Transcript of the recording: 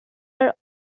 are